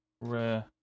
Rare